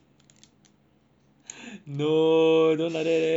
no don't like that eh